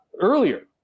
earlier